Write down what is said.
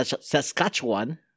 Saskatchewan